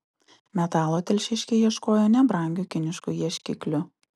metalo telšiškiai ieškojo nebrangiu kinišku ieškikliu